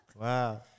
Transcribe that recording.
Wow